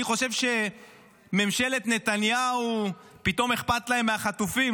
חושב שלממשלת נתניהו פתאום אכפת מהחטופים,